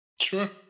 Sure